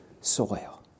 soil